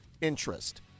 interest